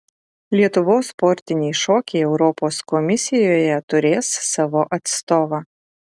lietuvos sportiniai šokiai europos komisijoje turės savo atstovą